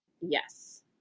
Yes